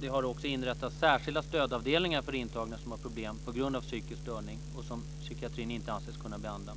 Det har också inrättats särskilda stödavdelningar för intagna som har problem på grund av psykisk störning, som psykiatrin inte anses kunna behandla.